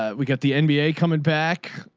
ah we got the and nba coming back.